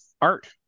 art